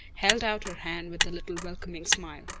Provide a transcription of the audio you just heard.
held out her hand with a little welcoming smile.